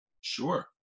Sure